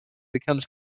becomes